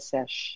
Sesh